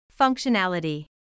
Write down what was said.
Functionality